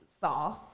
saw